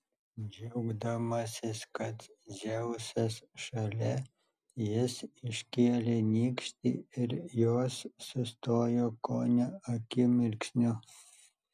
džiaugdamasis kad dzeusas šalia jis iškėlė nykštį ir jos sustojo kone akimirksniu